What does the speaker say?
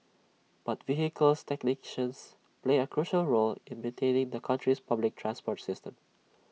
but vehicles technicians play A crucial role in maintaining the country's public transport system